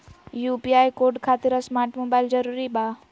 UPI code खातिर smart mobile जरूरी बा?